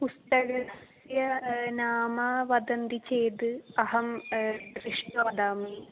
पुस्तकस्य नाम वदन्ति चेद् अहं दृष्ट्वा वदामि